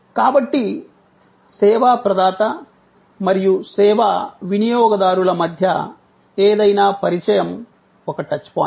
కాబట్టి సేవా ప్రదాత మరియు సేవా వినియోగదారుల మధ్య ఏదైనా పరిచయం ఒక టచ్ పాయింట్